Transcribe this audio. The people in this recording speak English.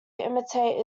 imitate